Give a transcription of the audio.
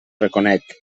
reconec